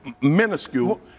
minuscule